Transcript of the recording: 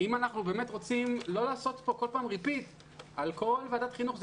אם אנחנו באמת רוצים לא לעשות פה בכל פעם repeat על כל ועדת חינוך.